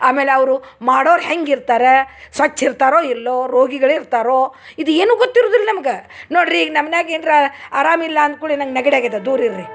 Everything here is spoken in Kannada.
ಆಮೇಲೆ ಅವರು ಮಾಡೋರು ಹೆಂಗೆ ಇರ್ತರೆ ಸ್ವಚ್ಛ ಇರ್ತಾರೊ ಇಲ್ಲೋ ರೋಗಿಗಳಿರ್ತಾರೊ ಇದು ಏನು ಗೊತ್ತಿರುದಿಲ್ಲ ನಮ್ಗ ನೋಡ್ರಿ ಈಗ ನಮ್ನ್ಯಾಗ ಏನ್ರಾ ಅರಾಮಿಲ್ಲ ಅಂದ್ಕುಳೆ ನಂಗೆ ನೆಗಡಿ ಆಗೈತ ದೂರ ಇರ್ರಿ